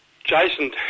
Jason